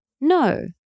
No